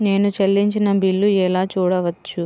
నేను చెల్లించిన బిల్లు ఎలా చూడవచ్చు?